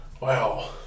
Wow